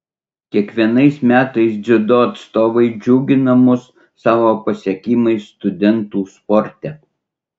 kiekvienais metais dziudo atstovai džiugina mus savo pasiekimais studentų sporte